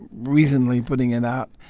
recently, putting it out.